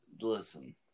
Listen